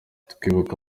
twibuka